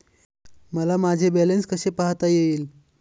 मला माझे बॅलन्स कसे पाहता येईल?